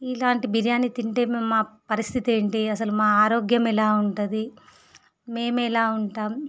ఇలాంటి బిర్యానీ తింటే మా మా పరిస్థితి ఏంటి అస్సలు మా ఆరోగ్యం ఎలా ఉంటుంది మేము ఎలా ఉంటాం